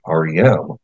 rem